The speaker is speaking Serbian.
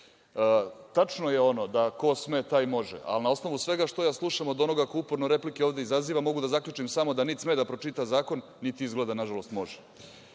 je ono da, ko sme taj može, ali na osnovu svega što ja slušam od onoga ko uporno replike ovde izaziva, mogu da zaključim samo da niti sme da pročita zakon niti izgleda, nažalost